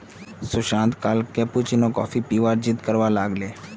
सुशांत कल cappuccino coffee पीबार जिद्द करवा लाग ले